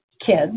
kids